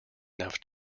enough